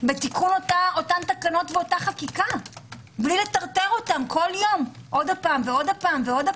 בתיקון אותן תקנות וחקיקה בלי לטרטר אותם כל יום שוב ושוב.